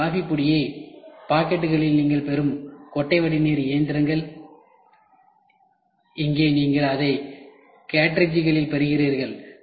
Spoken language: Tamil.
உங்கள் காபி பொடியை பாக்கெட்டுகளில் நீங்கள் பெறும் கொட்டை வடிநீர் இயந்திரங்கள் இங்கே நீங்கள் அதை கேற்றிட்ஜ்களில் பெறுகிறீர்கள்